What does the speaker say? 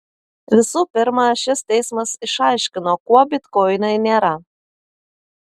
visų pirma šis teismas išaiškino kuo bitkoinai nėra